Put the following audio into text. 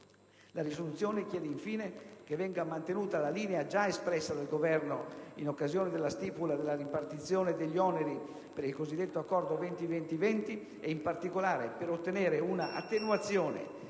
La mozione chiede, infine, che venga mantenuta la linea già espressa dal Governo in occasione della stipula della ripartizione degli oneri per il cosiddetto Accordo 20-20-20, in particolare per ottenere una attenuazione